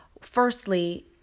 firstly